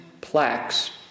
plaques